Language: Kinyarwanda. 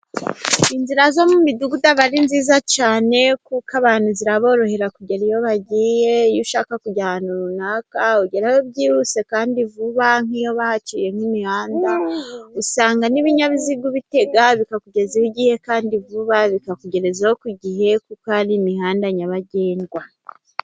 Inzira zo mu midugudu aba ari nziza cyane, kuko abantu ziraborohera kugera iyo bagiye, iyo ushaka kujya ahantu runaka ugeraho byihuse kandi vuba, nk'iyo bahaciyemo imihanda, usanga n'ibinyabiziga ubitega bikakugeza iyo ugiye kandi vuba ,bikakugerezayo ku gihe kuko hari imihanda nyabagendwa.